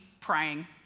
praying